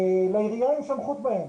בעירייה אין סמכות להם.